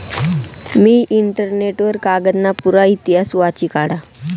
मी internet वर कागदना पुरा इतिहास वाची काढा